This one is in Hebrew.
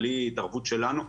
בלי התערבות שלנו,